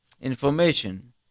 information